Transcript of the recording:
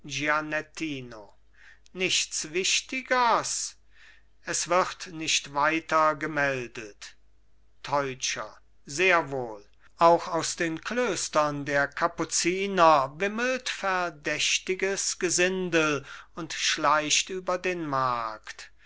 nichts wichtigers es wird nicht weitergemeldet teutscher sehr wohl auch aus den klöstern der kapuziner wimmelt verdächtiges gesindel und schleicht über den markt